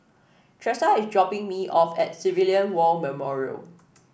Tressa is dropping me off at Civilian War Memorial